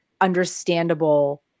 understandable